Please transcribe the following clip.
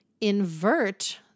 invert